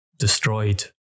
Destroyed